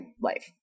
life